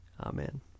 Amen